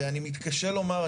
ואני מתקשה לומר,